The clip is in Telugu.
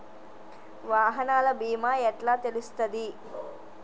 వాహనాల బీమా ఎట్ల తెలుస్తది?